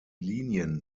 linien